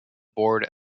board